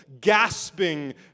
gasping